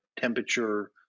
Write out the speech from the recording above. temperature